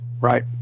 Right